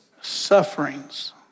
Sufferings